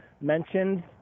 mentioned